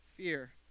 fear